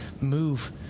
move